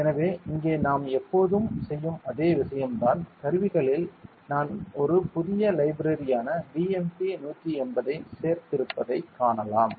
எனவே இங்கே நாம் எப்போதும் செய்யும் அதே விஷயம்தான் கருவிகளில் நான் ஒரு புதிய லைப்ரரியான BMP180 ஐச் சேர்த்திருப்பதைக் காணலாம்